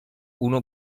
uno